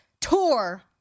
tour